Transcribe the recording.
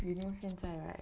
you know 现在 right